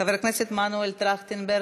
חבר הכנסת מנואל טרכטנברג,